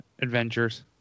adventures